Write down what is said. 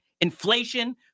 Inflation